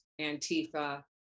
Antifa